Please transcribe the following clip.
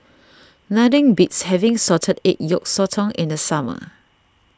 nothing beats having Salted Egg Yolk Sotong in the summer